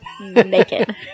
Naked